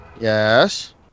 Yes